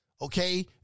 okay